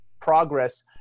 progress